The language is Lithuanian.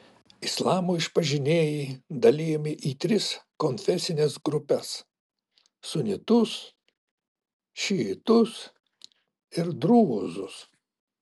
islamo išpažinėjai dalijami į tris konfesines grupes sunitus šiitus ir drūzus